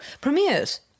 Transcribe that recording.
premieres